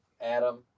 Adam